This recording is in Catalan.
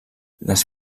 les